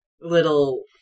Little